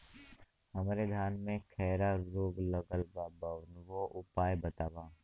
हमरे धान में खैरा रोग लगल बा कवनो उपाय बतावा?